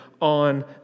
on